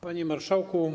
Panie Marszałku!